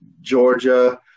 Georgia